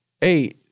hey